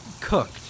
Cooked